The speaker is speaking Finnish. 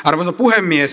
arvoisa puhemies